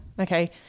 Okay